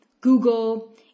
Google